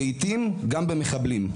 לעתים גם במחבלים.